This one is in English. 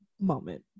moment